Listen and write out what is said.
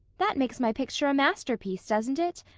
that makes my picture a masterpiece, doesn't it,